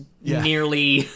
nearly